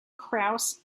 krauss